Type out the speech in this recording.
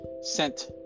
sent